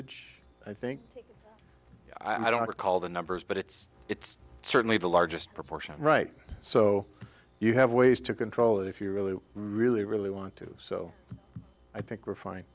usage i think i don't recall the numbers but it's it's certainly the largest proportion right so you have ways to control it if you really really really want to do so i think refin